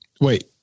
Wait